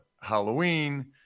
Halloween